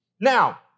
Now